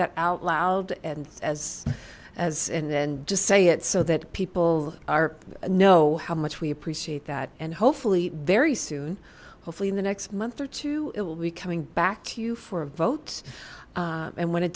out loud and as as and then just say it so that people are know how much we appreciate that and hopefully very soon hopefully in the next month or two it will be coming back to you for a vote and when it